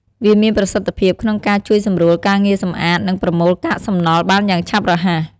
វាមានប្រសិទ្ធភាព ក្នុងការជួយសម្រួលការងារសម្អាត និងប្រមូលកាកសំណល់បានយ៉ាងឆាប់រហ័ស។